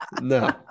No